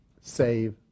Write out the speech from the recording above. save